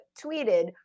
tweeted